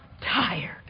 tired